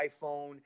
iPhone